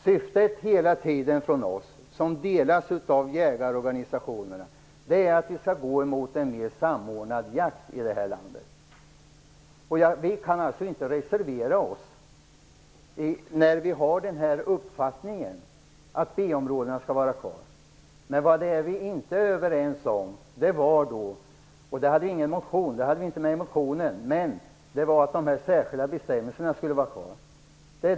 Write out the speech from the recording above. Syftet är hela tiden -- jägarorganisationerna delar vår uppfattning -- att vi skall gå mot en mer samordnad jakt i det här landet. Vi kan alltså inte reservera oss när vi har uppfattningen att B områdena skall vara kvar. Vad vi inte är överens om är att de särskilda bestämmelserna inte skulle vara kvar.